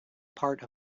part